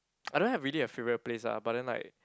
I don't have really a favourite place lah but then like